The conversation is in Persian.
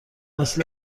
مثل